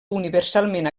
universalment